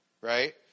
right